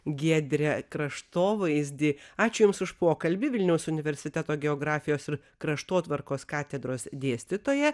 giedrę kraštovaizdį ačiū jums už pokalbį vilniaus universiteto geografijos ir kraštotvarkos katedros dėstytoja